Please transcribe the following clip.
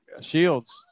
Shields